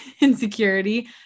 insecurity